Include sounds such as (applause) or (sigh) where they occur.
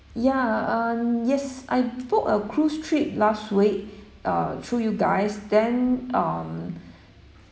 ya um yes I booked a cruise trip last week uh through you guys then um (breath)